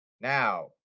Now